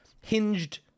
hinged